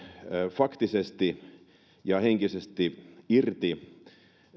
faktisesti ja henkisesti irti